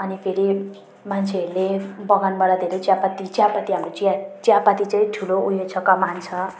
अनि फेरि मान्छेहरूले बगानबाट धेरै चियापत्ती चियापत्ती हाम्रो चिया चियापत्ती चाहिँ ठुलो उयो छ कमान छ